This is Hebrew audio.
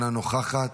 אינה נוכחת,